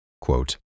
Quote